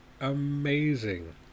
amazing